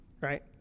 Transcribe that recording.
right